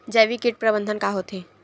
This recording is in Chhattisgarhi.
जैविक कीट प्रबंधन का होथे?